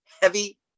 heavy